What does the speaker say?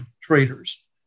traders